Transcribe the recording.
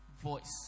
voice